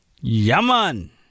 Yaman